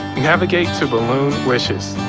navigate to balloon wishes.